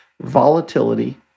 volatility